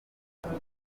kagame